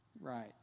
Right